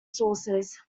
sources